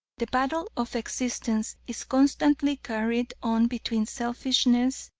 the battle of existence is constantly carried on between selfishness,